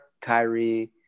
Kyrie